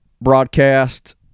broadcast